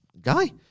guy